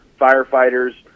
firefighters